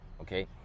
okay